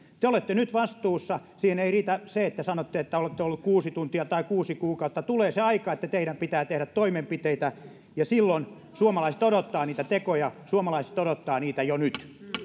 te te olette nyt vastuussa siihen ei riitä se että sanotte että olette ollut kuusi tuntia tai kuusi kuukautta tulee se aika että teidän pitää tehdä toimenpiteitä ja silloin suomalaiset odottavat niitä tekoja suomalaiset odottavat niitä jo nyt